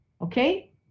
Okay